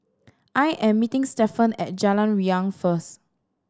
I am meeting Stephan at Jalan Riang first